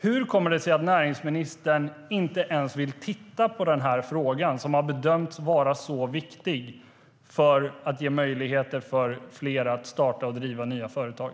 Hur kommer det sig att näringsministern inte ens vill titta på den här frågan, som har bedömts vara så viktig för att ge möjligheter för fler att starta och driva nya företag?